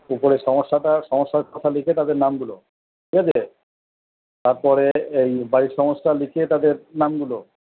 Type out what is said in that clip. উপরে সমস্যাটা সমস্যার কথা লিখে তাদের নামগুলো ঠিক আছে তারপরে এই বাড়ির সমস্যা লিখে তাদের নামগুলো